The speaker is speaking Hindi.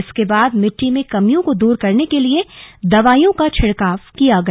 इसके बाद मिट्टी में कमियों को दूर करने के लिए दवाइयों का छिड़काव किया गया